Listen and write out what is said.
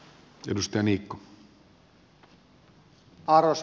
arvoisa puhemies